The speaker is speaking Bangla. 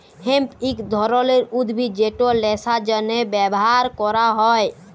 হেম্প ইক ধরলের উদ্ভিদ যেট ল্যাশার জ্যনহে ব্যাভার ক্যরা হ্যয়